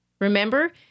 Remember